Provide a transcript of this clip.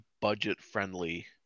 budget-friendly